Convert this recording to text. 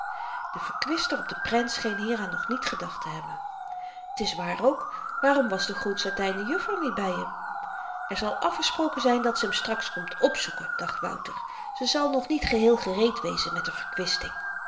de verkwister op de prent scheen hieraan nog niet gedacht te hebben t is waar ook waarom was de groen satynen juffer niet by hem er zal afgesproken zyn dat ze hem straks komt opzoeken dacht wouter ze zal nog niet geheel gereed wezen met r verkwisting